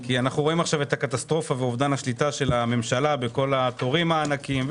כי אנו רואים את הקטסטרופה ואובדן השליטה של הממשלה בתורים הענקיים.